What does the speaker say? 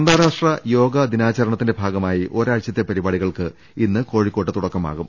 അന്താരാഷ്ട്ര യോഗാ ദിനാചരണത്തിന്റെ ഭാഗമായി ഒരാഴ്ച്ചത്തെ പരിപാടികൾക്ക് ഇന്ന് കോഴിക്കോട്ട് തുടക്കമാകും